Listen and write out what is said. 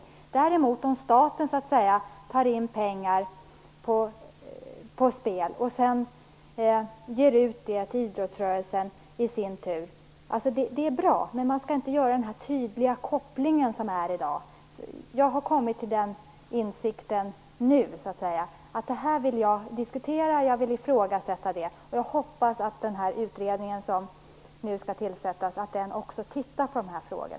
Om däremot staten tar in pengar på spel och sedan i sin tur ger dem vidare till idrottsrörelsen är det bra. Men man skall inte ha en så tydlig koppling som i dag. Den insikten har jag kommit till nu. Jag vill diskutera och ifrågasätta detta. Jag hoppas att utredningen som nu skall tillsättas också tittar närmare på dessa frågor.